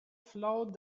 flowed